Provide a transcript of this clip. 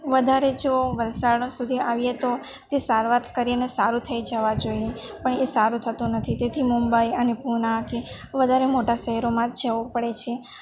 વધારે જો વલસાડ સુધી આવીએ તો તે સારવાર કરીને સારું થઈ જવા જોઈએ પણ એ સારું થતું નથી તેથી મુંબઈ અને પૂના કે વધારે મોટા શહેરોમાં જવું પડે છે